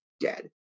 dead